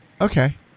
Okay